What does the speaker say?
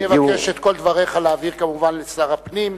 אני אבקש את כל דבריך להעביר כמובן לשר הפנים,